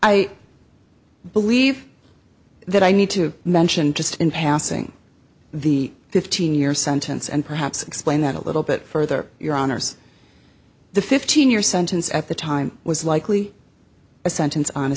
i believe that i need to mention just in passing the fifteen year sentence and perhaps explain that a little bit further your honour's the fifteen year sentence at the time was likely a sentence on a